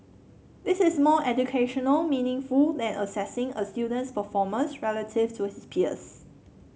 this is more educationally meaningful than assessing a student's performance relative to his peers